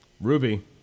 Ruby